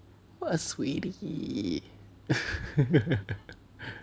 what a sweetie